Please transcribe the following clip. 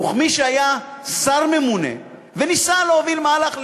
כמי שהיה שר ממונה וניסה להוביל מהלך,